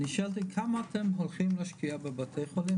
אני שאלתי כמה אתם הולכים להשקיע בבתי חולים,